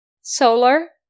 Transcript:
solar